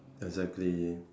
exactly